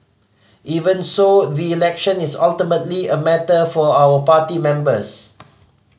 even so the election is ultimately a matter for our party members